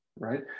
Right